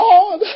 God